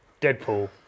Deadpool